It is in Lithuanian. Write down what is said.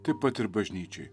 taip pat ir bažnyčiai